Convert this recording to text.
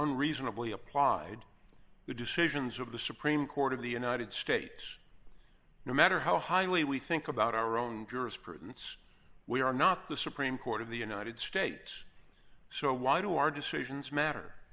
unreasonably applied the decisions of the supreme court of the united states no matter how highly we think about our own jurisprudence we are not the supreme court of the united states so why do our decisions matter